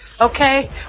okay